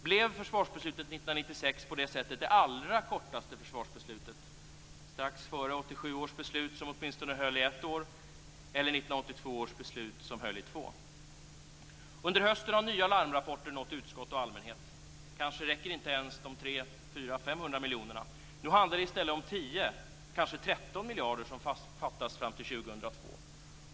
Blev försvarsbeslutet 1996 på det sättet det allra kortaste försvarsbeslutet - strax före 1987 års beslut, som åtminstone höll i ett år, eller Under hösten har nya larmrapporter nått utskott och allmänhet. Kanske räcker inte de 300-500 miljonerna. Nu handlar det i stället om 10, ja, kanske 13 miljarder som fattas fram till 2002.